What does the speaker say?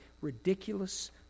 ridiculous